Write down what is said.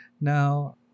Now